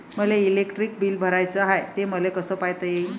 मले electric bill भराचं हाय, ते मले कस पायता येईन?